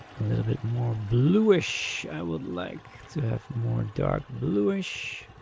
a little bit more bluish. i would like to have more dark bluish.